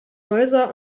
häuser